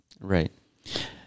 right